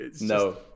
No